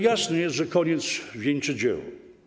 Jasne jest, że koniec wieńczy dzieło.